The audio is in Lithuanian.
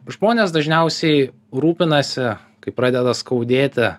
žmonės dažniausiai rūpinasi kai pradeda skaudėti